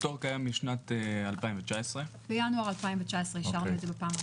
הפטור קיים משנת 2019. בינואר 19' אישרנו את זה בפעם הראשונה.